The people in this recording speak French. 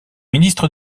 ministre